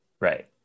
Right